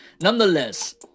Nonetheless